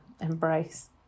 embrace